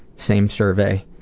same survey.